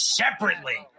separately